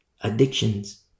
addictions